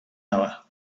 hour